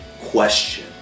question